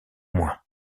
moins